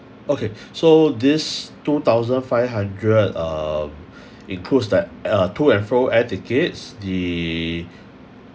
okay so this two thousand five hundred uh includes that uh to and fro air tickets the